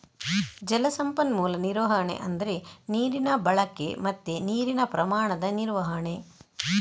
ಜಲ ಸಂಪನ್ಮೂಲ ನಿರ್ವಹಣೆ ಅಂದ್ರೆ ನೀರಿನ ಬಳಕೆ ಮತ್ತೆ ನೀರಿನ ಪ್ರಮಾಣದ ನಿರ್ವಹಣೆ